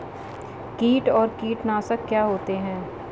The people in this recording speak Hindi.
कीट और कीटनाशक क्या होते हैं?